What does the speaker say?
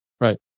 Right